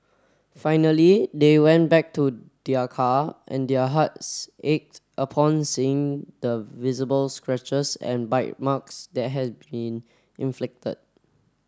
finally they went back to their car and their hearts ached upon seeing the visible scratches and bite marks that had been inflicted